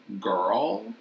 girl